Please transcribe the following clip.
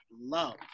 love